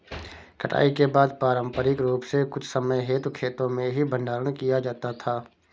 कटाई के बाद पारंपरिक रूप से कुछ समय हेतु खेतो में ही भंडारण किया जाता था